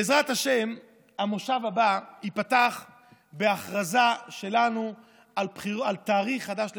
בעזרת השם המושב הבא ייפתח בהכרזה שלנו על תאריך חדש לבחירות.